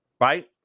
right